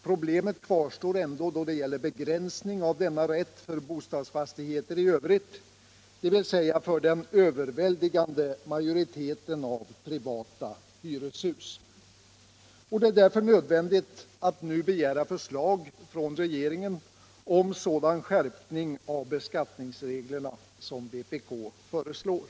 Problemet kvarstår ändå då det gäller begränsning av denna rätt för bostadsfastigheter i övrigt, dvs. för den överväldigande majoriteten av privata hyreshus. Det är därför nödvändigt att nu begära förslag från regeringen om sådan skärpning av beskattningsreglerna som vpk föreslår.